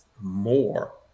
more